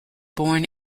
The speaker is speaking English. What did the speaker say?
born